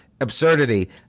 absurdity